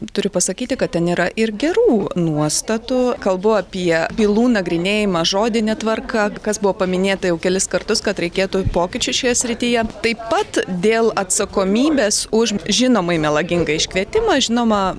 turiu pasakyti kad ten yra ir gerų nuostatų kalbu apie bylų nagrinėjimą žodine tvarka kas buvo paminėta jau kelis kartus kad reikėtų pokyčių šioje srityje taip pat dėl atsakomybės už žinomai melagingą iškvietimą žinoma